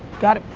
got it.